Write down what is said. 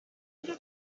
rate